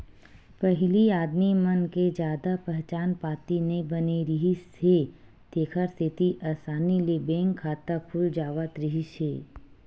पहिली आदमी मन के जादा पहचान पाती नइ बने रिहिस हे तेखर सेती असानी ले बैंक खाता खुल जावत रिहिस हे